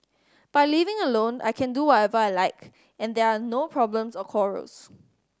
by living alone I can do whatever I like and there are no problems or quarrels